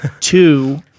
Two